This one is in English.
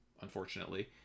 unfortunately